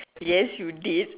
yes you did